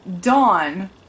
Dawn